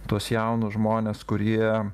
tuos jaunus žmones kurie